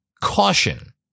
caution